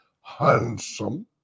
handsome